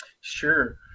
Sure